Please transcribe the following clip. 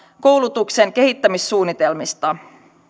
koulutuksen kehittämissuunnitelmista